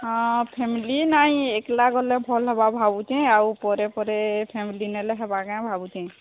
ହଁ ଫ୍ୟାମିଲି ନାଇଁ ଏକଲା ଗଲେ ଭଲ୍ ହେବା ଭାବୁଚେଁ ଆଉ ପରେ ପରେ ଫ୍ୟାମିଲି ନେଲେ ହବା କାଇଁ ଭାବୁଚେଁ